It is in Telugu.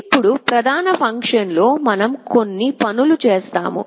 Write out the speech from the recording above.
ఇప్పుడు ప్రధాన ఫంక్షన్ లో మనం కొన్ని పనులు చేస్తాము